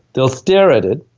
they'll stare at it,